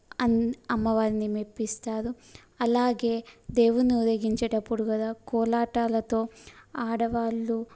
అన్ అమ్మవారిని మెప్పిస్తారు అలాగే దేవుణ్ణి ఊరేగించేటప్పుడు కూడా కోలాటాలతో ఆడవాళ్ళు